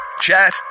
chat